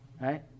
Right